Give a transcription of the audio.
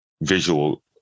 visual